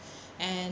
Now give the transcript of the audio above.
and